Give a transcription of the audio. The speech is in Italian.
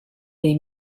dei